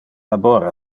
labor